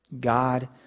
God